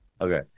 Okay